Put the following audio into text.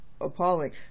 appalling